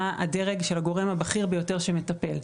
מה הדרג של הגורם הבכיר ביותר שמטפל.